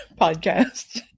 podcast